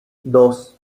dos